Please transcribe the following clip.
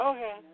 Okay